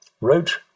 wrote